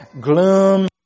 gloom